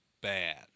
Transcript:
bad